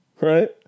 right